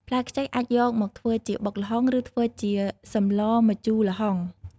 ផ្លែខ្ចីអាចយកមកធ្វើជាបុកល្ហុង ឬធ្វើជាសម្លម្ជូរល្ហុង។